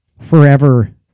forever